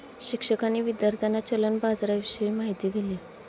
शिक्षकांनी विद्यार्थ्यांना चलन बाजाराविषयी माहिती दिली